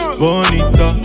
Bonita